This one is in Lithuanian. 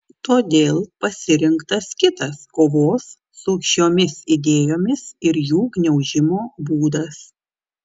todėl pasirinktas kitas kovos su šiomis idėjomis ir jų gniaužimo būdas